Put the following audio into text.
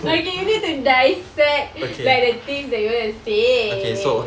okay you need to dissect like the things that you're gonna say